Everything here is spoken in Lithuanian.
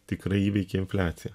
tikrai įveikia infliaciją